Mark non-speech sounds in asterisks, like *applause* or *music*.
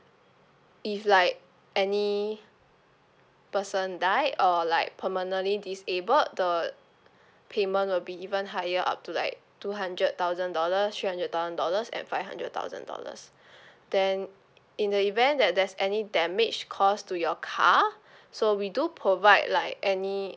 if like any person died or like permanently disabled the *breath* payment will be even higher up to like two hundred thousand dollars three hundred thousand dollars and five hundred thousand dollars *breath* then in the event that there's any damage caused to your car *breath* so we do provide like any